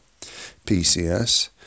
PCS